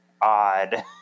odd